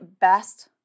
best